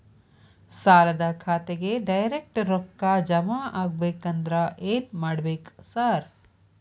ಸಾಲದ ಖಾತೆಗೆ ಡೈರೆಕ್ಟ್ ರೊಕ್ಕಾ ಜಮಾ ಆಗ್ಬೇಕಂದ್ರ ಏನ್ ಮಾಡ್ಬೇಕ್ ಸಾರ್?